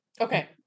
Okay